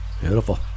Beautiful